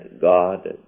God